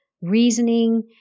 reasoning